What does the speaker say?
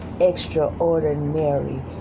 extraordinary